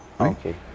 Okay